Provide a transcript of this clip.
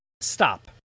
stop